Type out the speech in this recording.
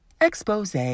expose